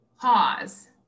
Pause